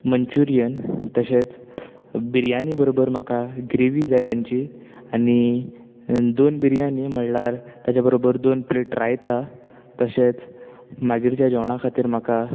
Manchurian तशेंच बिर्याणी बरोबर म्हाका ग्रेवी तेंची आनी दोन बिर्याणी म्हणलार ताज्या बरोबर दोन प्लेट रायता तशेंच मागीरच्या जेवणा खातीर म्हाका